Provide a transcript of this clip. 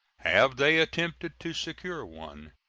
have they attempted to secure one.